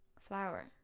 Flower